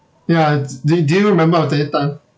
ya d~ do do you remember of that time